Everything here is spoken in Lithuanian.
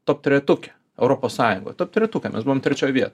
top trejetuke europos sąjungoj top trejetuke mes buvom trečioj vietoj